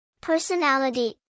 Personality